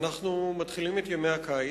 אנחנו מתחילים את ימי הקיץ.